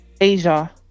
Asia